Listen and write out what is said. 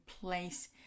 place